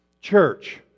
Church